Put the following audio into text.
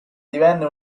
divenne